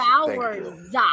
hours